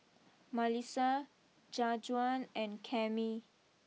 Malissa Jajuan and Cammie